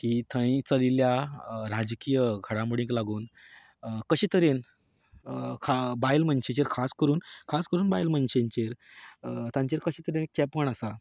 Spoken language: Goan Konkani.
की थंय चलिल्ल्या राजकीय घडामोडींक लागून कशें तरेन बायल मनशेचेर खास करून खास करून बायल मनशेचेर तांचेर कशें तरेन चेपण आसा